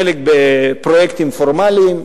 חלק בפרויקטים פורמליים.